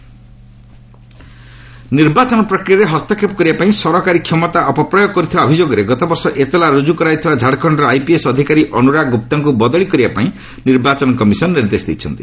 EC Jharkhand ନିର୍ବାଚନ ପ୍ରକ୍ରିୟାରେ ହସ୍ତକ୍ଷେପ କରିବାପାଇଁ ସରକାରୀ କ୍ଷମତା ଅପପ୍ରୟୋଗ କରିଥିବା ଅଭିଯୋଗରେ ଗତବର୍ଷ ଏତଲା ରୁଜୁ କରାଯାଇଥିବା ଝାଡ଼ଖଣ୍ଡର ଆଇପିଏସ୍ ଅଧିକାରୀ ଅନୁରାଗ ଗୁପ୍ତାଙ୍କୁ ବଦଳି କରିବାପାଇଁ ନିର୍ବାଚନ କମିଶନ୍ ନିର୍ଦ୍ଦେଶ ଦେଇଛନ୍ତି